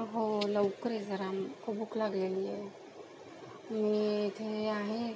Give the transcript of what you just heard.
हो लवकर ये जरा खूप भूक लागलेली आहे मी इथे आहे